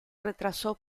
retrasó